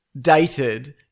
dated